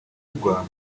igwa